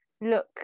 look